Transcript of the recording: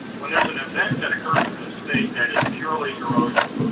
when there is an event that occurs in this state that is purely erosion,